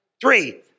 Three